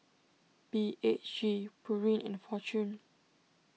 B H G Pureen and Fortune